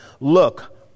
Look